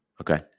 okay